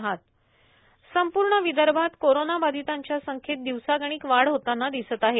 Vidarbha corona संपूर्ण विदर्भातच corona बाधितांच्या संख्येत दिवसागणीक वाढ होतांना दिसत आहे